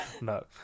No